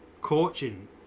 coaching